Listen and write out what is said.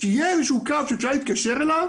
שיהיה איזשהו קו שאפשר להתקשר אליו